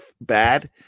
bad